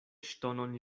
ŝtonon